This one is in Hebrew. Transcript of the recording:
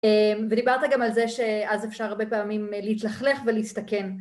ודיברת גם על זה שאז אפשר הרבה פעמים להתלכלך ולהסתכן